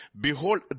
Behold